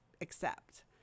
accept